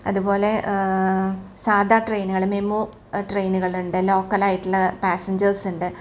അതുപോലെ സാധാ ട്രെയിനുകള് മെമു ട്രെയിനുകള് ഉണ്ട് ലോക്കലായിട്ടുള്ള പാസഞ്ചേസ് ഉണ്ട്